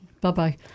Bye-bye